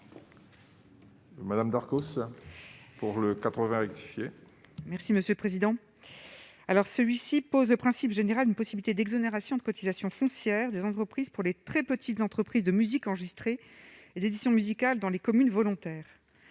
Madame Darcos pour le 80 rectifié. Merci monsieur le président, alors celui-ci pose le principe général, une possibilité d'exonération de cotisation foncière des entreprises pour les très petites entreprises de musique enregistrée et d'édition musicale dans les communes volontaires,